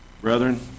brethren